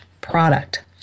product